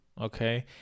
okay